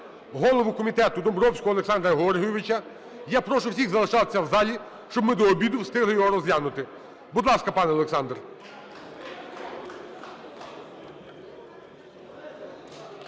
голову комітету Домбровського Олександра Георгійовича. Я прошу всіх залишатися в залі, щоб ми до обіду встигли його розглянути. Будь ласка, пане Олександр.